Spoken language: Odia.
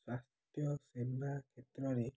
ସ୍ୱାସ୍ଥ୍ୟ ସେବା କ୍ଷେତ୍ରରେ